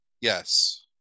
Yes